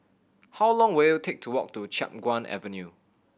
how long will it take to walk to Chiap Guan Avenue